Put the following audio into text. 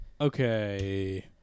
okay